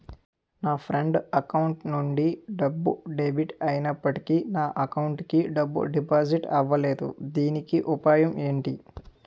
నా friend account నుండి డబ్బు డెబిట్ అయినప్పటికీ నా అకౌంట్ కి డబ్బు డిపాజిట్ అవ్వలేదుదీనికి ఉపాయం ఎంటి?